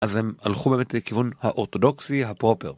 אז הם הלכו באמת לכיוון האורתודוקסי הפרופר.